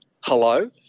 hello